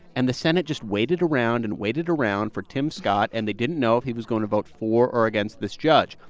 and the senate just waited around and waited around for tim scott. and they didn't know if he was going to vote for or against this judge.